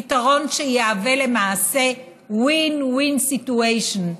פתרון שיהיה למעשה win-win situation,